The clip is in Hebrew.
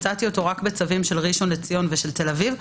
מצאתי אותו רק בצווים של ראשון לציון ושל תל אביב,